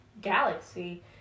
galaxy